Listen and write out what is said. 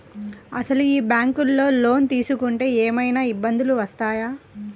అసలు ఈ బ్యాంక్లో లోన్ తీసుకుంటే ఏమయినా ఇబ్బందులు వస్తాయా?